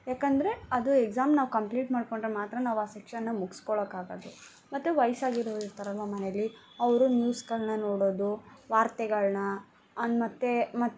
ಏಕೆಂದ್ರೆ ಅದು ಎಕ್ಸಾಮ್ ನಾವು ಕಂಪ್ಲೀಟ್ ಮಾಡಿಕೊಂಡ್ರೆ ಮಾತ್ರ ನಾವು ಆ ಸೆಕ್ಷನ್ನ ಮುಗಿಸ್ಕೊಳ್ಳೋಕಾಗೋದು ಮತ್ತೆ ವಯಸ್ಸಾಗಿರೋರು ಇರ್ತಾರಲ್ವ ಮನೇಲಿ ಅವರು ನ್ಯೂಸ್ಗಳನ್ನ ನೋಡೋದು ವಾರ್ತೆಗಳನ್ನ ಮತ್ತು